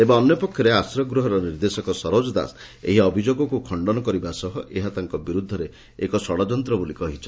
ତେବେ ଅନ୍ୟପକ୍ଷରେ ଆଶ୍ରୟଗ୍ହର ନିର୍ଦ୍ଦେଶକ ସରୋଜ ଦାସ ଏହି ଅଭିଯୋଗକୁ ଖଖନ କରିବା ସହ ଏହା ତାଙ୍କ ବିରୁଦ୍ଦରେ ଏକ ଷଡଯନ୍ତ ବୋଲି କହିଛନ୍ତି